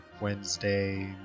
wednesday